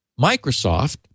Microsoft